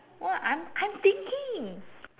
what am I am thinking